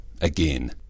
again